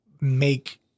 make